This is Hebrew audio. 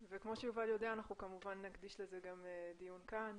וכמו שיובל יודע אנחנו כמובן נקדיש לזה גם דיון כאן